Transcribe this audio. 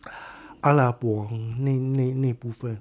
阿拉伯那那那部分